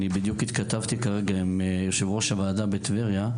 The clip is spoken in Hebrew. אני בדיוק התכתבתי כרגע עם יו"ר הוועדה בטבריה.